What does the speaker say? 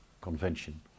convention